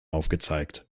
aufgezeigt